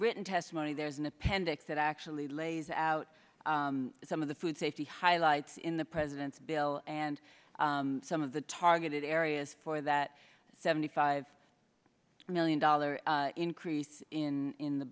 written testimony there is an appendix that actually lays out some of the food safety highlights in the president's bill and some of the targeted areas for that seventy five million dollar increase in